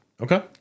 Okay